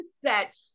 set